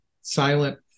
silent